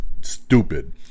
Stupid